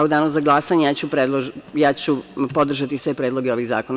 U danu za glasanje ja ću podržati sve predloge ovih zakona.